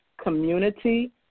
Community